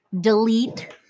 delete